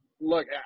look